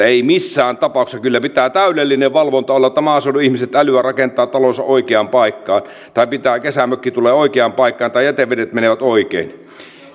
ei missään tapauksessa kyllä pitää täydellinen valvonta olla jotta maaseudun ihmiset älyävät rakentaa talonsa oikeaan paikkaan tai kesämökki tulee oikeaan tai jätevedet menevät oikein